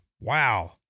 Wow